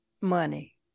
money